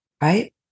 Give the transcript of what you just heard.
right